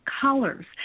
Colors